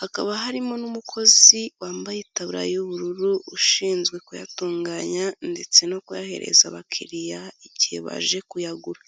hakaba harimo n'umukozi wambayetabura y'ubururu ushinzwe kuyatunganya ndetse no kuyahereza abakiriya, igihe baje kuyagura.